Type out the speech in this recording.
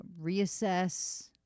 reassess